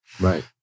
right